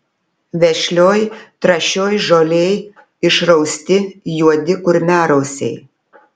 vešlioj trąšioj žolėj išrausti juodi kurmiarausiai